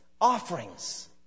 offerings